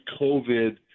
COVID